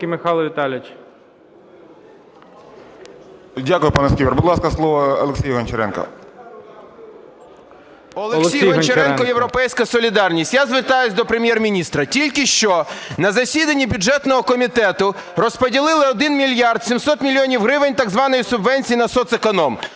Олексій Гончаренко, "Європейська солідарність". Я звертаюся до Прем'єр-міністра. Тільки що на засіданні бюджетного комітету розподілили 1 мільярд 700 мільйонів гривень так званої субвенції на соцеконом,